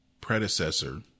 predecessor